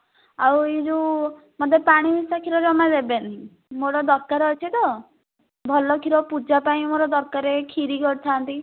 ଆଉ ଏଇ ଯେଉଁ ମୋତେ ପାଣି ମିଶା କ୍ଷୀର ଜମା ଦେବେନି ମୋର ଦରକାର ଅଛି ତ ଭଲ କ୍ଷୀର ପୂଜା ପାଇଁ ମୋର ଦରକାର ଏଇ କ୍ଷୀରି କରିଥାନ୍ତି